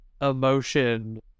emotion